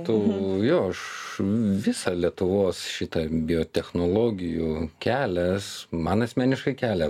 tu jo aš visą lietuvos šitą biotechnologijų kelias man asmeniškai kelia